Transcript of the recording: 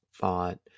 thought